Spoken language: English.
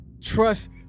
Trust